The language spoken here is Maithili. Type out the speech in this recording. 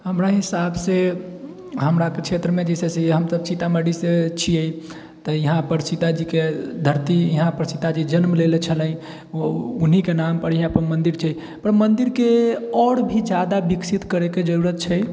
हमरा हिसाबसँ हमराके क्षेत्रमे जइसे हमसब सीतामढ़ीसँ छिए तऽ इहाँपर सीताजीके धरती इहाँपर सीताजी जन्म लेले छलै ओ उन्हीके नामपर इहाँपर मन्दिर छै पर मन्दिरके आओर भी ज्यादा विकसित करैके जरूरत छै